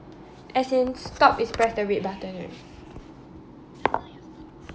as in stop is press the red button right